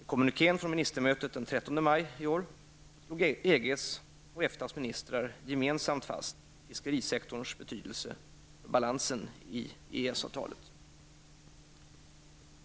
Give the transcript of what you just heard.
I kommunikén från ministermötet den 13 maj 1991 slog EGs och EFTAs ministrar gemensamt fast fiskerisektorns betydelse för balansen i EES-avtalet.